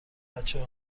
بچه